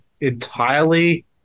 entirely